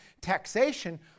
taxation